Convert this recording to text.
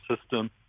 system